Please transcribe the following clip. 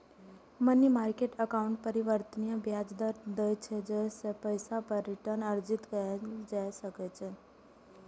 money market account परिवर्तनीय ब्याज दर दै छै, जाहि सं पैसा पर रिटर्न अर्जित कैल जा सकै छै